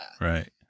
Right